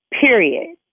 period